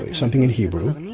something in hebrew,